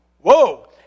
Whoa